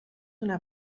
una